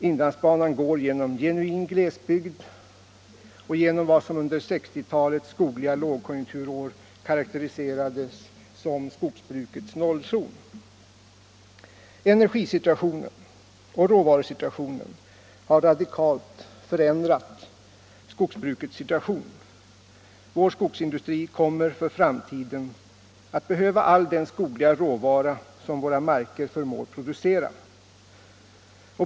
Inlandsbanan går genom genuin glesbygd, genom vad som under 1960 talets skogliga lågkonjunkturår karakteriserades som skogsbrukets nollzon. Energioch råvarusituationen har radikalt förändrat skogsbrukets villkor. Vår skogsindustri kommer för framtiden att behöva all den skogliga råvara som våra marker förmår producera.